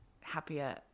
happier